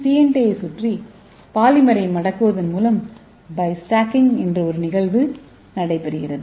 சிஎன்டியைச் சுற்றி பாலிமரை மடக்குவதன் மூலம் பை ஸ்டாக்கிங் எனப்படும் ஒரு நிகழ்வு உள்ளது